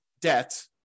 debt